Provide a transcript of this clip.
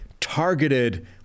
targeted